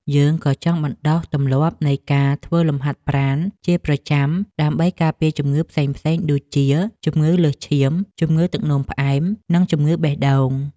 យើងក៏ចង់បណ្ដុះទម្លាប់នៃការធ្វើលំហាត់ប្រាណជាប្រចាំ ដើម្បីការពារជំងឺផ្សេងៗដូចជា ជំងឺលើសឈាម ជំងឺទឹកនោមផ្អែម និងជំងឺបេះដូង។